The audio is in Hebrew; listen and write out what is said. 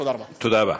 תודה רבה.